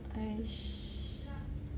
I sh~